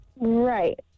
Right